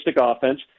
offense